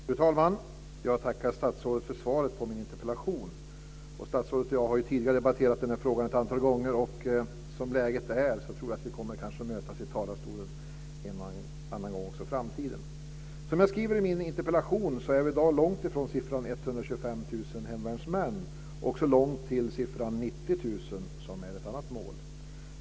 Fru talman! Jag tackar statsrådet för svaret på min interpellation. Statsrådet och jag har ju tidigare debatterat den här frågan ett antal gånger, och som läget är tror jag kanske att vi kommer att mötas i talarstolen en och annan gång också i framtiden. Som jag skriver i min interpellation är vi i dag långt ifrån siffran 125 000 hemvärnsmän. Vi är också långt ifrån siffran 90 000, som är ett annat mål.